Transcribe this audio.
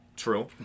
true